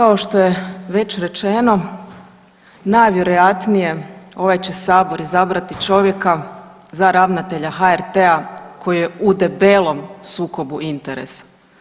Kao što je već rečeno najvjerojatnije ovaj će sabor izabrati čovjeka za ravnatelja HRT-a koji je u debelom sukobu interesa.